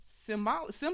symbolic